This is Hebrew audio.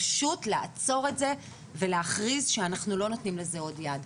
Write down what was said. פשוט לעצור את זה ולהכריז שאנחנו לא נותנים לזה עוד יד.